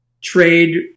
trade